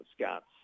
Scots